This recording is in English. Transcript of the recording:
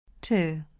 Two